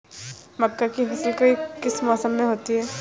मक्का की फसल किस मौसम में होती है?